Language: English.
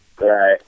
Right